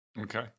Okay